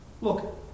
Look